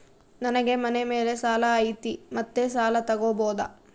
ನನಗೆ ಮನೆ ಮೇಲೆ ಸಾಲ ಐತಿ ಮತ್ತೆ ಸಾಲ ತಗಬೋದ?